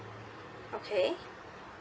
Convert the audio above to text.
okay